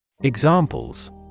Examples